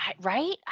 Right